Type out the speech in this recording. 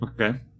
Okay